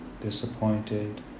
disappointed